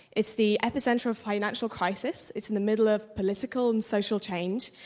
it's the epicenter of financial crisis, it's in the middle of political and social change.